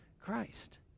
Christ